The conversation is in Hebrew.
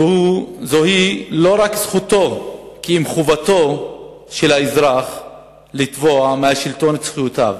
זוהי לא רק זכותו כי אם חובתו של האזרח לתבוע מהשלטון את זכויותיו